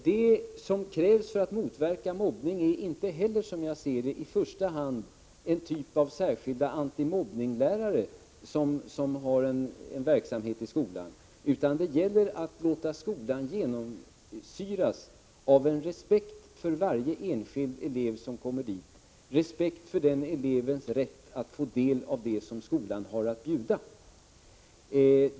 Det som krävs för att motverka mobbning är inte heller, som jag ser det, i första hand särskilda anti-mobbningslärare som är verksamma i skolan, utan det gäller att låta skolan genomsyras av en respekt för varje enskild elev som kommer dit, respekt för varje elevs rätt att ta del av det som skolan har att erbjuda.